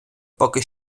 поки